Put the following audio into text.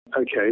Okay